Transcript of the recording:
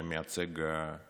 שמייצג את